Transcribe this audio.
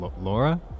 Laura